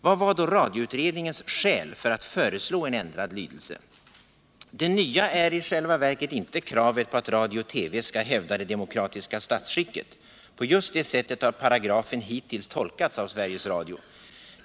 Vad var då radioutredningens skäl för att föreslå en ändrad lydelse? Det nya är i själva verket inte kravet på att radio och TV skall hävda det demokratiska statsskicket. På just det sättet har paragrafen hittills tolkats av Sveriges Radio.